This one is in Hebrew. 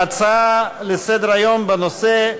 נעבור להצעות לסדר-היום בנושא: